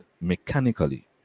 mechanically